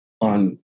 on